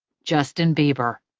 justin bieber.